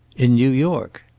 in new york.